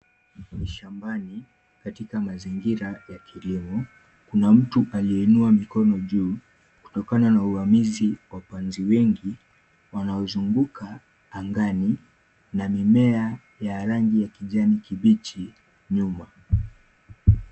Kwenye shambani katika mazingira ya kilimo kuna mtu aliyeinua mikono juu kutokana na uvamizi wa panzi wengi wanaozunguka angani na mimea ya rangi ya kijani kibichi nyuma.